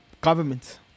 government